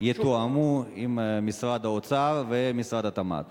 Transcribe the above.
יתואמו עם משרד האוצר ומשרד התמ"ת.